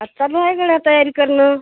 आता बा वेगळं तयारी करणं